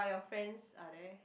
are your friends are there